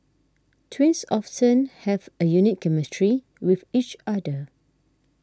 twins often have a unique chemistry with each other